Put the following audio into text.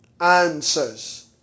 answers